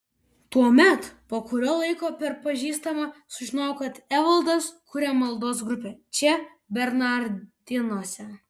tuomet po kurio laiko per pažįstamą sužinojau kad evaldas kuria maldos grupę čia bernardinuose